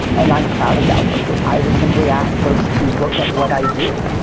and i'm proud of that work. and i would simply ask folks to look at what i do.